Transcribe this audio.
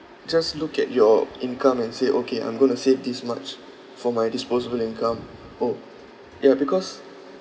just look at your income and say okay I'm going to save this much for my disposable income orh ya because